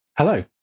Hello